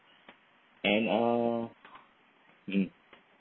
and ah mm